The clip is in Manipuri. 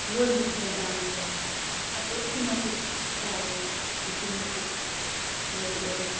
ꯂꯣꯜꯒꯤ ꯊꯧꯗꯥꯡꯁꯦ ꯑꯗꯨꯛꯀꯤ ꯃꯇꯤꯛ ꯆꯥꯎꯋꯤ ꯑꯗꯨꯛꯀꯤ ꯃꯇꯤꯛ ꯃꯔꯨ ꯑꯣꯏ